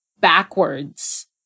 backwards